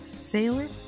sailor